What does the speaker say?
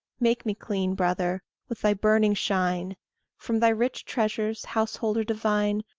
make me clean, brother, with thy burning shine from thy rich treasures, householder divine,